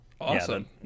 awesome